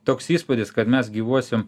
toks įspūdis kad mes gyvuosim